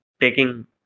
taking